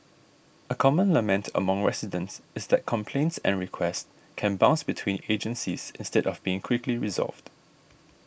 a common lament among residents is that complaints and requests can bounce between agencies instead of being quickly resolved